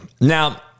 Now